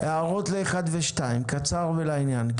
הערות ל-1 ו-2, קצר ולעניין.